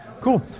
Cool